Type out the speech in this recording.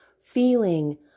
feeling